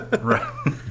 Right